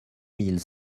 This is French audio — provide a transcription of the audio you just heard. mille